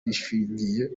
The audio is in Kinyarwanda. bishingiye